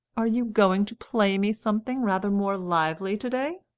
are you going to play me something rather more lively to-day?